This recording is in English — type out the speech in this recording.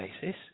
basis